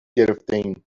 گرفتهایم